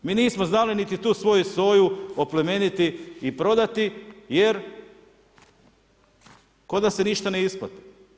Mi nismo znali niti tu svoju soju oplemeniti i prodati, jer kod nas se ništa ne isplati.